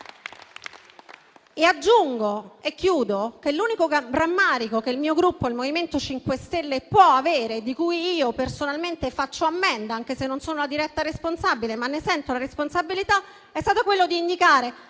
Aggiungo e chiudo che l'unico rammarico che il mio Gruppo, il MoVimento 5 Stelle, può avere e di cui personalmente faccio ammenda, anche se non sono la diretta responsabile, ma ne sento la responsabilità, è stato quello di indicare